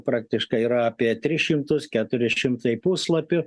praktiškai yra apie tris šimtus keturi šimtai puslapių